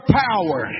power